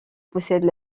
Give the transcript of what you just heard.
possède